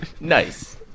Nice